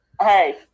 hey